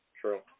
True